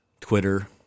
Twitter